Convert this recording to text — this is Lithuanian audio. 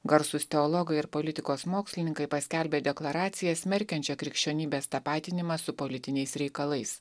garsūs teologai ir politikos mokslininkai paskelbė deklaraciją smerkiančią krikščionybės tapatinimą su politiniais reikalais